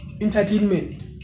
Entertainment